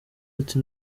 ati